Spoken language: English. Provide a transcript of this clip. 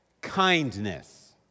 Kindness